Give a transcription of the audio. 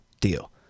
deal